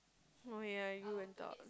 oh yeah you and dog